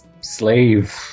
slave